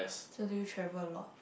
so do you travel a lot